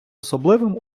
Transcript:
особливим